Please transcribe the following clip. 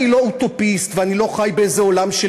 אני לא אוטופיסט ואני לא חי באיזה עולם של